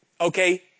okay